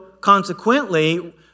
consequently